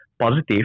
positive